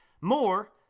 more